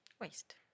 Waste